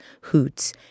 hoots